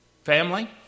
Family